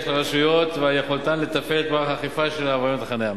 של הרשויות ואת יכולתן להפעיל את מערך האכיפה של עבירות החנייה.